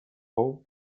pau